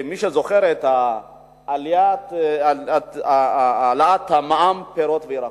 מי שזוכר, על העלאת המע"מ על פירות וירקות.